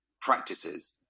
practices